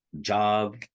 job